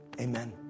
amen